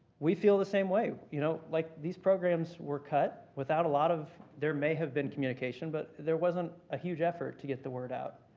we feel the same way, you know, like these programs were cut without a lot of there may have been communication, but there wasn't a huge effort to get the word out.